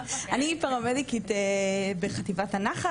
אני פרמדיקית בחטיבת הנח"ל,